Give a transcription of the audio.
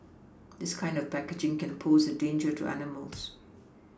this kind of packaging can pose a danger to animals